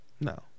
no